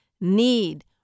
need